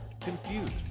confused